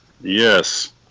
Yes